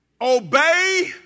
Obey